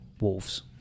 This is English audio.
Wolves